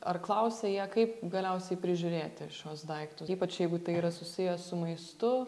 ar klausia jie kaip galiausiai prižiūrėti šiuos daiktus ypač jeigu tai yra susiję su maistu